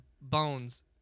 bones